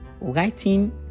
writing